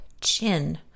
chin